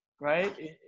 right